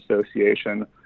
Association